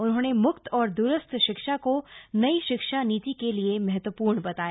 उन्होंने मुक्त और दूरस्थ शिक्षा को नई शिक्षा नीति के लिए महत्वपूर्ण बताया